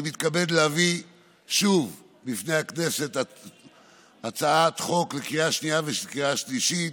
אני מתכבד להביא בפני הכנסת הצעת חוק לקריאה שנייה ולקריאה שלישית,